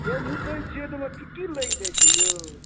यौ मुतै छिए तऽ ओहिमे चुट्टी लागि जाइ छै यौ